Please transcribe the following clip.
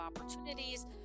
opportunities